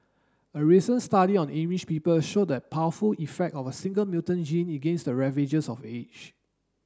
a recent study on Amish people showed that powerful effect of a single mutant gene against the ravages of age